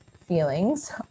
feelings